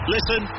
Listen